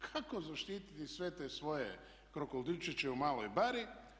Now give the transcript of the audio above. Kako zaštititi sve te svoje krokodilčiće u maloj bari?